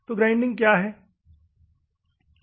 तो ग्राइंडिंग क्या है